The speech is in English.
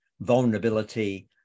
vulnerability